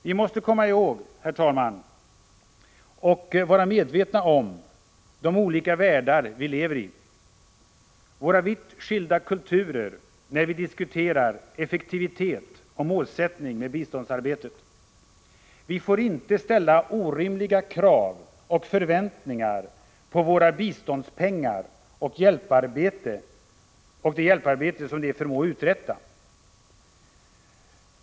Vi måste komma ihåg, herr talman, och vara medvetna om de olika världar vi lever i, våra vitt skilda kulturer, när vi diskuterar effektivitet och målsättning med biståndsarbetet. Vi får inte ställa orimliga krav och förväntningar på våra biståndspengar och det hjälparbete som de förmår uträtta.